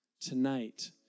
Tonight